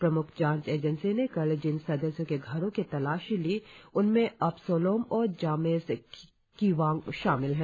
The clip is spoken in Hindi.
प्रम्ख जांच एजेंसी ने कल जिन सदस्यों के घरों की तलाशी ली उनमें अबसोलोम और जामेस किवांग शामिल हैं